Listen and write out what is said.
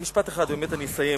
משפט אחד ובאמת אסיים.